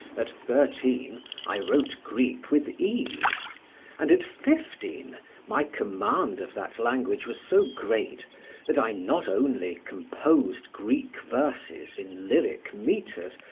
at thirteen i wrote greek with ease and at fifteen my command of that language was so great that i not only composed greek verses in lyric metres,